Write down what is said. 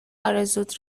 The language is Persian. آرزوت